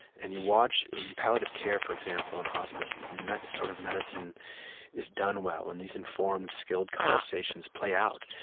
and you watch in palliative care, for example, and hospice, that sort of medicine is done well when these informed, skilled conversations play out.